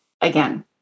again